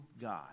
God